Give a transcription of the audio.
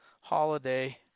holiday